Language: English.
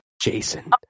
Jason